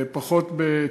זה פחות בטיפולי,